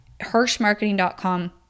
hirschmarketing.com